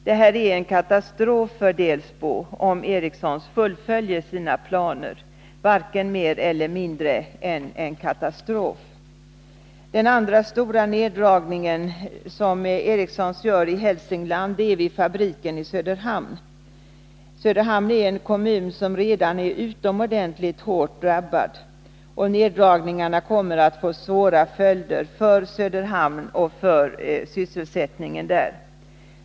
Det är en katastrof för Delsbo om Ericsson fullföljer sina planer — varken mer eller mindre än en katastrof. Den andra stora neddragning som Ericssons gör i Hälsingland är i fabriken i Söderhamn. Söderhamn är en kommun som redan är utomordentligt hårt drabbad, och neddragningarna kommer att få svår följder för sysselsättningen i Söderhamn.